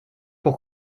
pour